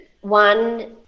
One